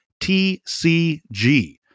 TCG